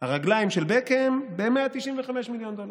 הרגליים של בקהאם ב-195 מיליון דולר.